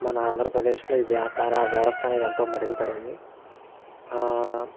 మన ఆంధ్రప్రదేశ్లో ఈ వ్యాపార వ్యవస్థ అనేది ఎంతో మెరుగుపడింది